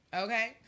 Okay